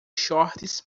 shorts